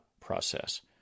process